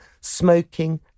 smoking